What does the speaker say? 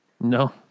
No